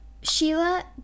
Sheila